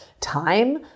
time